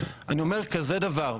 אני אומר כזה דבר,